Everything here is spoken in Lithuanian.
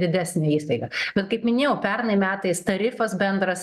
didesnė įstaiga bet kaip minėjau pernai metais tarifas bendras